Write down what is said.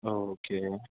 okay